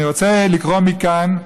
אני רוצה לקרוא מכאן,